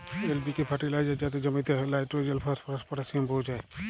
LPK fertiliser যাতে জমিতে লাইট্রোজেল, ফসফরাস, পটাশিয়াম পৌঁছায়